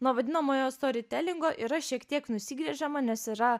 nuo vadinamojo storitelingo yra šiek tiek nusigręžiama nes yra